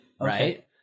right